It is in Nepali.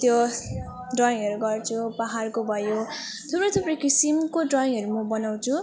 त्यो ड्रयिङहरू गर्छु पहाडको भयो थुप्रो थुप्रो किसिमको ड्रयिङहरू म बनाउँछु